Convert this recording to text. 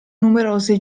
numerose